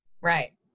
right